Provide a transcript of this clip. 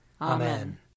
Amen